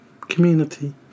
community